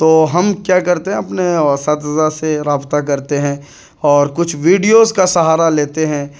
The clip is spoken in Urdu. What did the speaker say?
تو ہم کیا کرتے ہیں اپنے اساتذہ سے رابطہ کرتے ہیں اور کچھ ویڈیوز کا سہارا لیتے ہیں